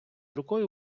рукою